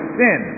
sin